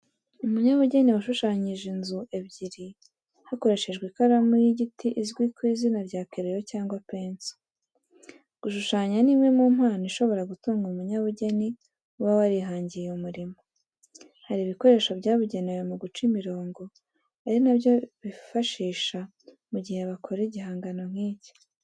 Umunyabugeni washushanyije inzu ebyeri hakoreshejwe ikaramu y’igiti izwi ku izina rya kereyo cyangwa penso. Gushushanya ni imwe mu mpano ishobora gutunga umunyabugeni uba warihangiye umurimo. Hari ibikoresho byabugenewe mu guca imirongo ari nabyo bifashisha mu gihe bakora igihangano nk'iki.